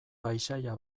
paisaia